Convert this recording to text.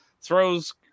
throws